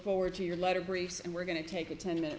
forward to your letter briefs and we're going to take a ten minute